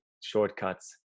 shortcuts